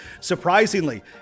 surprisingly